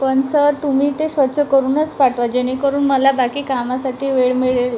पण सर तुम्ही ते स्वच्छ करूनच पाठवा जेणेकरून मला बाकी कामासाठी वेळ मिळेल